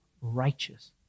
righteous